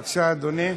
בבקשה, אדוני.